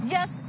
Yes